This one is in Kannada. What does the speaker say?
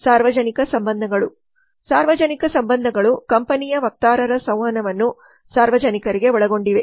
ಸಾರ್ವಜನಿಕ ಸಂಬಂಧಗಳು ಸಾರ್ವಜನಿಕ ಸಂಬಂಧಗಳು ಕಂಪನಿಯ ವಕ್ತಾರರ ಸಂವಹನವನ್ನು ಸಾರ್ವಜನಿಕರಿಗೆ ಒಳಗೊಂಡಿವೆ